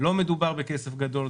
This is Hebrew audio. לא מדובר בכסף גדול,